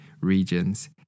regions